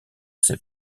ses